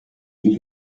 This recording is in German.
die